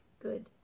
good